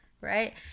right